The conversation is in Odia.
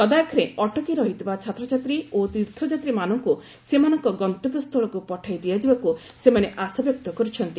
ଲଦାଖରେ ଅଟକି ରହିଥିବା ଛାତ୍ରଛାତ୍ରୀ ଓ ତୀର୍ଥଯାତ୍ରୀମାନଙ୍କୁ ସେମାନଙ୍କ ଗନ୍ତବ୍ୟ ସ୍ଥଳକୁ ପଠାଇ ଦିଆଯିବାକୁ ସେମାନେ ଆଶା ବ୍ୟକ୍ତ କରିଛନ୍ତି